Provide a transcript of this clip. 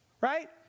Right